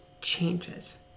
changes